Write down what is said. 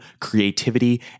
creativity